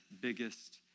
biggest